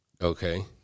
Okay